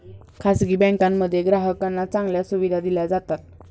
खासगी बँकांमध्ये ग्राहकांना चांगल्या सुविधा दिल्या जातात